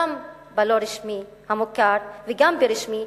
גם בלא רשמי המוכר וגם ברשמי,